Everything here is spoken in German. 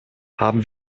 haben